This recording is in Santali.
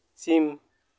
ᱥᱤᱢ